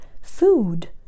food